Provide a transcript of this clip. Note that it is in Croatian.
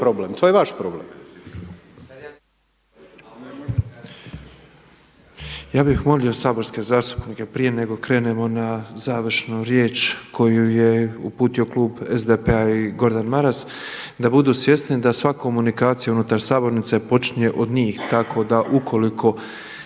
to je vaš problem.